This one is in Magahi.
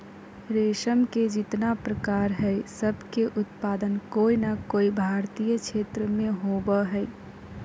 रेशम के जितना प्रकार हई, सब के उत्पादन कोय नै कोय भारतीय क्षेत्र मे होवअ हई